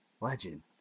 Legend